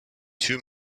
two